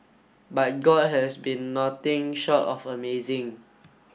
but god has been nothing short of amazing